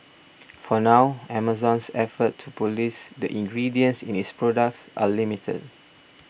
for now Amazon's efforts to police the ingredients in its products are limited